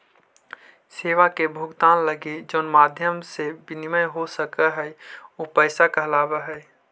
सेवा के भुगतान लगी जउन माध्यम से विनिमय हो सकऽ हई उ पैसा कहलावऽ हई